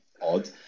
odd